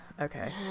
okay